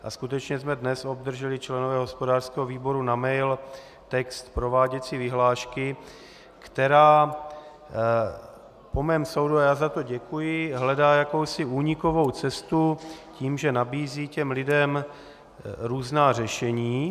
A skutečně jsme dnes, členové hospodářského výboru, obdrželi na mail text prováděcí vyhlášky, která po mém soudu a já za to děkuji hledá jakousi únikovou cestu tím, že nabízí lidem různá řešení.